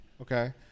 Okay